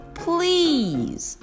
please